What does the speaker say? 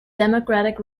democratic